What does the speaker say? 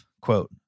quote